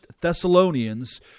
Thessalonians